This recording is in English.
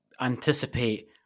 anticipate